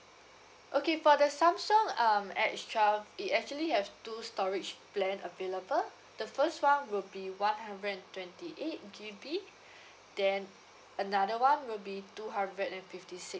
okay for the samsung um S twelve it actually have two storage plan available the first one will be one hundred and twenty eight G_B then another one will be two hundred and fifty six